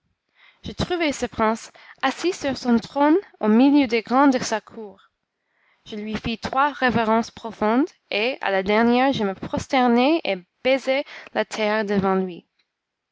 je trouvai ce prince assis sur son trône au milieu des grands de sa cour je lui fis trois révérences profondes et à la dernière je me prosternai et baisai la terre devant lui